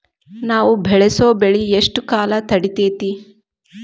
ನಾವು ಬೆಳಸೋ ಬೆಳಿ ಎಷ್ಟು ಕಾಲ ತಡೇತೇತಿ?